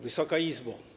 Wysoka Izbo!